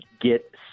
get